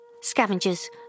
Scavengers